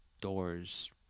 doors